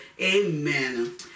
Amen